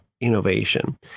innovation